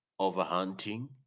overhunting